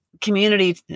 community